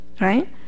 right